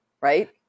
right